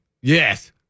Yes